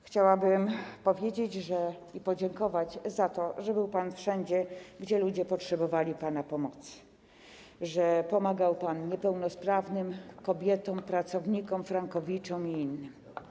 Chciałabym powiedzieć, podziękować za to, że był pan wszędzie, gdzie ludzie potrzebowali pana pomocy, że pomagał pan niepełnosprawnym, kobietom, pracownikom, frankowiczom i innym.